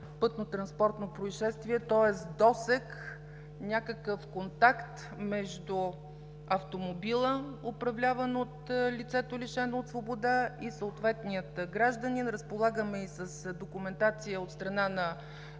пътнотранспортно произшествие, тоест досег, някакъв контакт между автомобила, управляван от лицето, лишено от свобода и съответния гражданин. Разполагаме и с документация от страна на